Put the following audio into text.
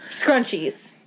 scrunchies